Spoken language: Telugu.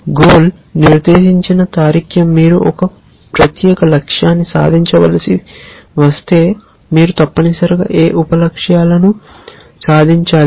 గోల్ నిర్దేశించిన రీజనింగ్ మీరు ఒక ప్రత్యేక లక్ష్యాన్ని సాధించవలసి వస్తే మీరు తప్పనిసరిగా ఏ ఉప లక్ష్యాలను సాధించాలి